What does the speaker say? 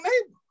neighbor